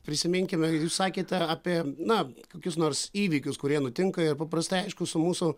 prisiminkime jūs sakėte apie na kokius nors įvykius kurie nutinka ir paprastai aišku su mūsų